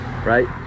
Right